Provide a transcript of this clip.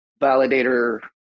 validator